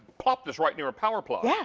pop this right near a power plug, yeah